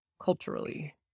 culturally